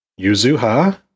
Yuzuha